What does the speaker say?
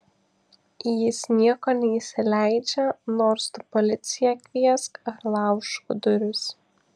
jis nieko neįsileidžia nors tu policiją kviesk ar laužk duris